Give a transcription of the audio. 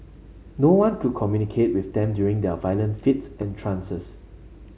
no one could communicate with them during their violent fits and trances